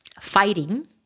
fighting